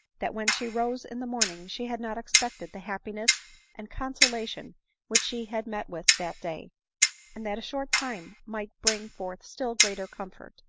that when she rose in the morning she had not expected the happiness and consolation which she had met with that day and that a short time might bring forth still greater comfort.